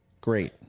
great